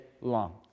long